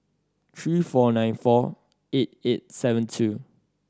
three four nine four eight eight seven two